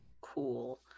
cool